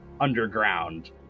underground